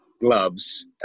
gloves